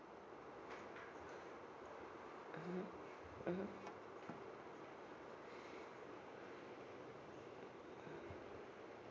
mmhmm mmhmm